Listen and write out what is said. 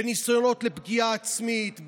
בניסיונות לפגיעה עצמית,